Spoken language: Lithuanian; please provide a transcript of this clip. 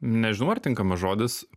nežinau ar tinkamas žodis